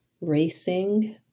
racing